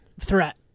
threat